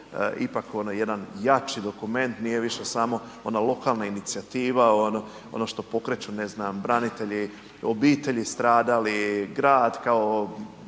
ipak jedan jači dokument nije više samo ona lokalna inicijativa, ono što pokreću ne znam branitelji, obitelji stradalih, grad kao